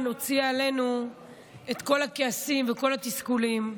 הוציאה עלינו את כל הכעסים וכל התסכולים,